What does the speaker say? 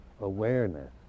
awareness